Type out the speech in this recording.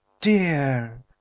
Dear